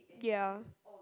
ya